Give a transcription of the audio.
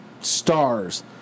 stars